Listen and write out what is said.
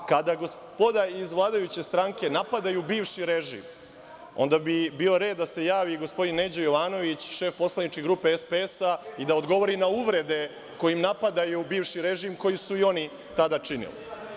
Kada gospoda iz vladajuće stranke napadaju bivši režim, onda bi bio red da se javi gospodin Neđo Jovanović, šef poslaničke grupe SPS-a i da odgovori na uvrede kojim napadaju bivši režim, koji su i oni tada činili.